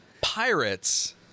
Pirates